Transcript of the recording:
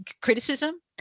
criticism